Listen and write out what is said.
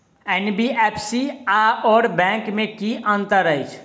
NBFC आओर bank मे की अंतर अछि?